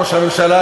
ראש הממשלה,